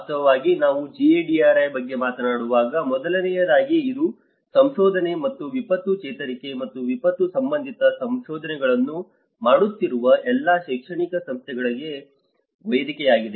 ವಾಸ್ತವವಾಗಿ ನಾವು GADRI ಬಗ್ಗೆ ಮಾತನಾಡುವಾಗ ಮೊದಲನೆಯದಾಗಿ ಇದು ಸಂಶೋಧನೆ ಮತ್ತು ವಿಪತ್ತು ಚೇತರಿಕೆ ಮತ್ತು ವಿಪತ್ತು ಸಂಬಂಧಿತ ಸಂಶೋಧನೆಗಳನ್ನು ಮಾಡುತ್ತಿರುವ ಎಲ್ಲಾ ಶೈಕ್ಷಣಿಕ ಸಂಸ್ಥೆಗಳಿಗೆ ವೇದಿಕೆಯಾಗಿದೆ